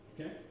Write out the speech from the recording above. Okay